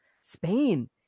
Spain